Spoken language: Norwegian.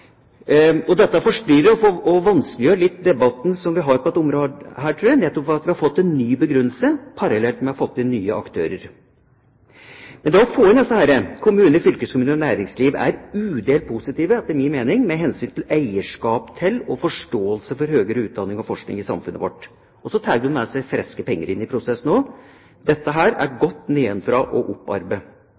forskning. Dette forstyrrer og vanskeliggjør debatten som vi har på dette området litt, nettopp ved at vi har fått en ny begrunnelse parallelt med at vi har fått inn nye aktører. Men det å få inn disse aktørene – kommuner, fylkeskommuner og næringsliv – er udelt positivt, etter min mening, med hensyn til eierskap til og forståelse for høgere utdanning og forskning i samfunnet vårt. Og så tar de med seg friske penger inn i prosessen. Dette er godt nedenfra